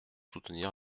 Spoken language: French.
soutenir